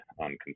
on